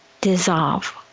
dissolve